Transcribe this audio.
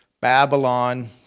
Babylon